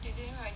and then like